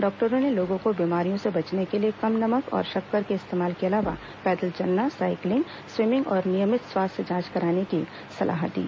डॉक्टरों ने लोगों को बीमारियों से बचने के लिए कम नमक और शक्कर के इस्तेमाल के अलावा पैदल चलना साइकिलिंग स्वीमिंग और नियमित स्वास्थ्य जांच कराने की सलाह दी